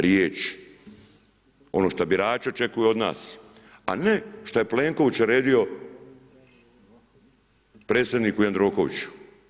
Riječ, ono što birači očekuju od nas, a ne što je Plenković naredio predsjedniku Jandrokoviću.